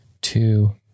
two